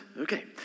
Okay